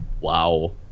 Wow